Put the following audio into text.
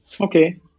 Okay